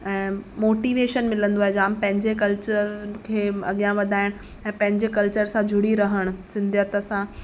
ऐं मोटीवेशन मिलंदो आहे जाम पंहिंजे कल्चर खे अॻियां वधाइण ऐं पंहिंजे कल्चर सां जुड़ी रहण सिंधियत सां